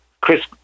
Chris